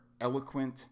eloquent